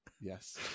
yes